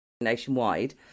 nationwide